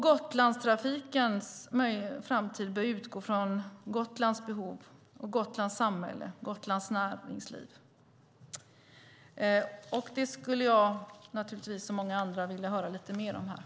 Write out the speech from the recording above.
Gotlandstrafikens framtid bör utgå från Gotlands behov och det gotländska samhället och näringslivet. Som många andra vill jag höra lite mer om detta.